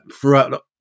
throughout